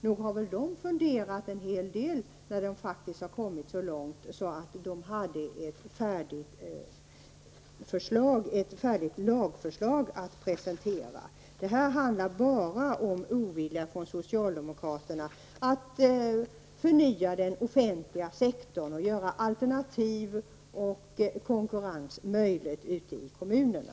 Nog har väl utredningen funderat en hel del när den faktiskt har kommit så långt att det finns ett färdigt lagförslag att presentera. Det här handlar bara om ovilja från socialdemokraternas sida att förnya den offentliga sektorn och göra alternativ och konkurrens möjlig ute i kommunerna.